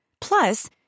Plus